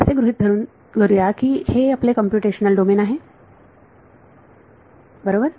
असे गृहीत धरूया की हे आपले कंप्यूटेशनल डोमेन आहे बरोबर